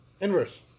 Inverse